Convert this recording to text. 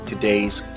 today's